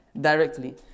directly